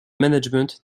management